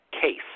case